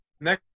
next